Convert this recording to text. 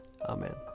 Amen